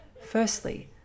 Firstly